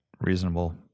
reasonable